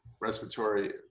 respiratory